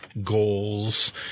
goals